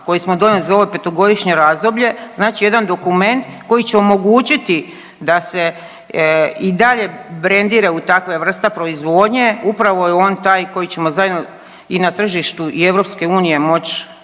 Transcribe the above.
koji smo donijeli za ovo petogodišnje razdoblje, znači jedan dokument koji će omogućiti da se i dalje brendira u takva vrsta proizvodnje, upravo je on taj koji ćemo zajedno i na tržištu i EU moći